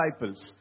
disciples